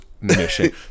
mission